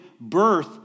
birth